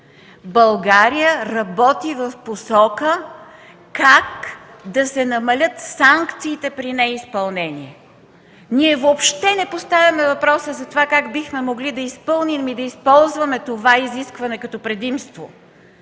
България работи в посока как да се намалят санкциите при неизпълнение. Ние въобще не поставяме въпроса за това как бихме могли да изпълним и да използваме това изискване като предимство.